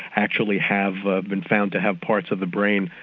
actually have ah been found to have parts of the brain,